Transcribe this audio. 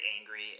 angry